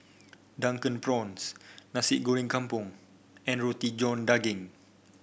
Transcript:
Drunken Prawns Nasi Goreng Kampung and Roti John Daging